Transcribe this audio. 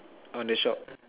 on the shop